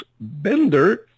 Bender